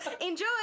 Enjoy